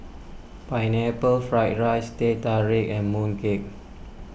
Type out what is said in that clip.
Pineapple Fried Rice Teh Tarik and Mooncake